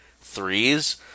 threes